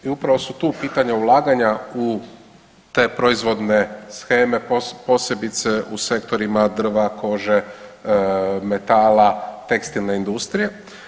I upravo su tu pitanja ulaganja u te proizvodne sheme posebice u sektorima drva, kože, metala, tekstilne industrije.